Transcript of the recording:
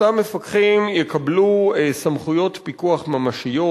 אותם מפקחים יקבלו סמכויות פיקוח ממשיות,